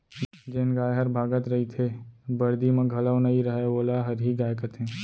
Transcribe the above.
जेन गाय हर भागत रइथे, बरदी म घलौ नइ रहय वोला हरही गाय कथें